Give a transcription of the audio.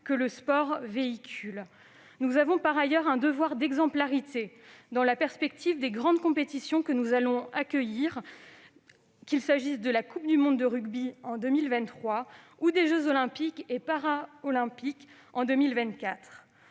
que le sport véhicule. Nous avons par ailleurs un devoir d'exemplarité dans la perspective des grandes compétitions que nous allons accueillir, qu'il s'agisse de la coupe du monde de rugby en 2023 ou des jeux Olympiques et Paralympiques en 2024.